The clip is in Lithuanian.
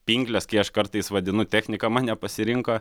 pinkles kai aš kartais vadinu technika mane pasirinko